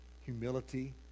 humility